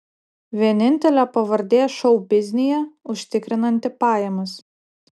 vienintelė pavardė šou biznyje užtikrinanti pajamas